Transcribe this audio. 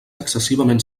excessivament